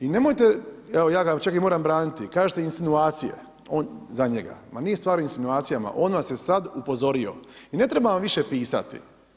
I nemojte, evo ja ga čak moram braniti, kažete insinuacije, za njega, ma nije stvar u insinuacijama, on vas je sada upozorio i ne treba vam više pisati.